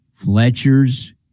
Fletcher's